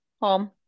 home